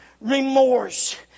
remorse